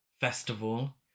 festival